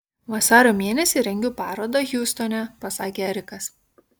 vasario mėnesį rengiu parodą hjustone pasakė erikas